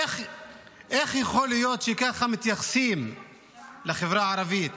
איך יכול להיות שככה מתייחסים לחברה הערבית?